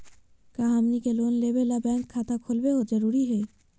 का हमनी के लोन लेबे ला बैंक खाता खोलबे जरुरी हई?